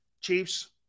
Chiefs